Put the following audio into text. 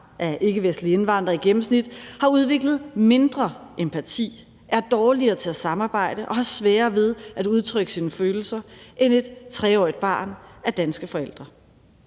af ikkevestlige indvandrere i gennemsnit har udviklet mindre empati, er dårligere til at samarbejde og har sværere ved at udtrykke sine følelser end et 3-årigt barn af danske forældre.